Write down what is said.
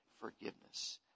forgiveness